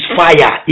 fire